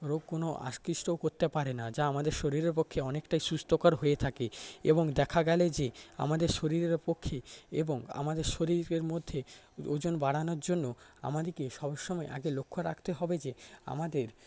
রোগ কোনো আকৃষ্টও করতে পারে না যা আমাদের শরীরের পক্ষে অনেকটাই সুস্থকর হয়ে থাকে এবং দেখা গেলে যে আমাদের শরীরের পক্ষে এবং আমাদের শরীরের মধ্যে ওজন বাড়ানোর জন্য আমাদেরকে সবসময় আগে লক্ষ্য রাখতে হবে যে আমাদের